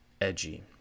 edgy